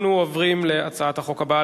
אנחנו עוברים להצעת החוק הבאה,